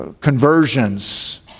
conversions